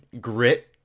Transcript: grit